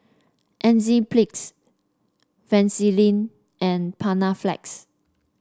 Enzyplex Vaselin and Panaflex